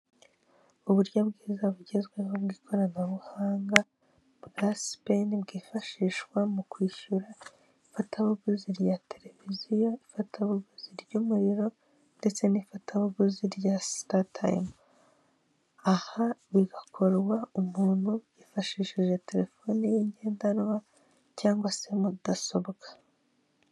Uburyo bwiza bugezweho bw'ikoranabuhanga bwa sipeni bwifashishwa mu kwishyura ifatabuguzi rya televiziyo, ifatabuguzi ry'umuriro ndetse n'ifatabuguzi rya sitatiyimu, aha bigakorwa umuntu yifashishije telefoni ngendanwa cyangwa se mudasobwa.